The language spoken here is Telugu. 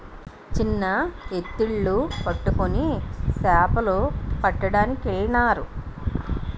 చిన్న ఎత్తిళ్లు పట్టుకొని సేపలు పట్టడానికెళ్ళినారు